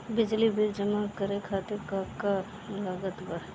बिजली बिल जमा करे खातिर का का लागत बा?